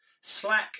Slack